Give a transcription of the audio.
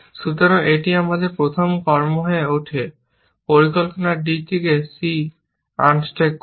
সুতরাং এটি আমাদের প্রথম কর্ম হয়ে ওঠে পরিকল্পনা d থেকে c আনস্ট্যাক করুন